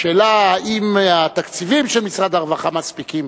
השאלה אם התקציבים של משרד הרווחה מספיקים.